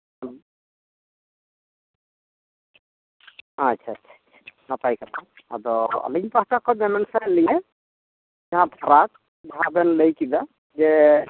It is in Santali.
ᱦᱩᱸ ᱟᱪᱪᱷᱟ ᱪᱷᱟ ᱪᱷᱟ ᱪᱷᱟ ᱱᱟᱯᱟᱭ ᱠᱟᱛᱷᱟ ᱟᱫᱚ ᱟᱹᱞᱤᱧ ᱯᱟᱦᱴᱟ ᱠᱷᱚᱱ ᱢᱮᱢᱮᱱ ᱥᱟᱱᱟᱭᱮᱫ ᱞᱤᱧᱟᱹ ᱡᱟᱦᱟᱸ ᱯᱷᱟᱨᱟᱠ ᱚᱱᱟ ᱵᱮᱱ ᱞᱟᱹᱭ ᱠᱮᱫᱟ ᱡᱮ